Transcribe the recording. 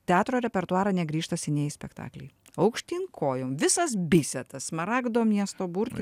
teatro repertuarą negrįžta senieji spektakliai aukštyn kojom visas bisetas smaragdo miesto burtai